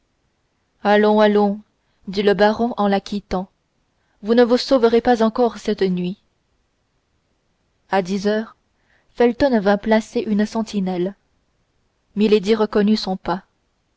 allons allons dit le baron en la quittant vous ne vous sauverez pas encore cette nuit à dix heures felton vint placer une sentinelle milady reconnut son pas